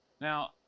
Now